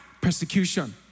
Persecution